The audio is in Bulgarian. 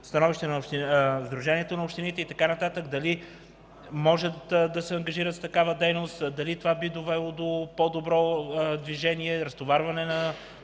Сдружението на общините и така нататък – дали могат да се ангажират с такава дейност, дали това би довело до по-добро движение, разтоварване на